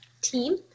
team